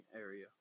area